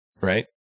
right